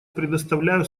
предоставляю